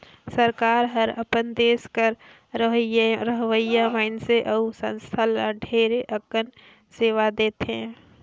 सरकार हर अपन देस कर रहोइया मइनसे अउ संस्था ल ढेरे अकन सेवा देथे